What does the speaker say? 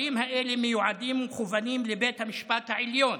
הדברים האלה מיועדים ומכוונים לבית המשפט העליון,